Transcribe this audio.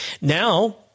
Now